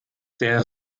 der